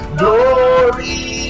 glory